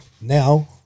now